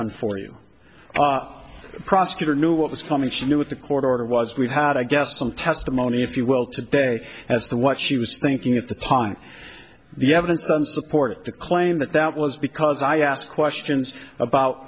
un for you the prosecutor knew what was coming she knew what the court order was we've had i guess some testimony if you will to day as the what she was thinking at the time the evidence and support the claim that that was because i asked questions about